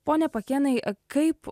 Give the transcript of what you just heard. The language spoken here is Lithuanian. pone pakėnai kaip